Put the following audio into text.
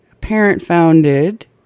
parent-founded